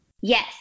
yes